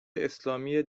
اسلامی